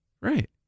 Right